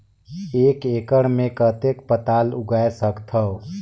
एक एकड़ मे कतेक पताल उगाय सकथव?